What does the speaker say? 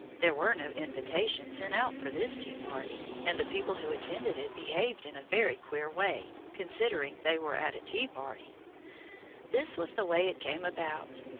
there were no invitations sent out for this tea-party, and the people who attended it behaved in a very queer way, considering they were at a tea-party. this was the way it came about.